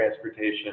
transportation